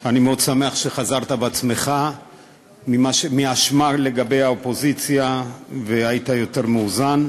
אני מאוד שמח שחזרת בעצמך מההאשמה לגבי האופוזיציה והיית יותר מאוזן.